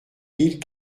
mille